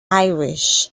irish